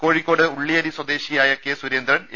കോഴിക്കോട് ഉള്ള്യേരി സ്വദേശിയായ K Surendran A